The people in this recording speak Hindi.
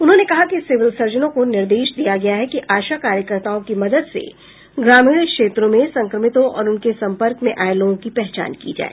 उन्होंने कहा कि सिविल सर्जनों को निर्देश दिया गया है कि आशा कार्यकर्ताओं की मदद से ग्रामीण क्षेत्रों में संक्रमितों और उनके सम्पर्क में आये लोगों की पहचान की जाए